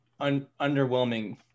underwhelming